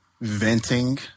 venting